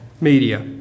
media